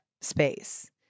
space